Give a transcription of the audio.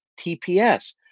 TPS